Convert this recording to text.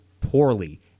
poorly